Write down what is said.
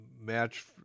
match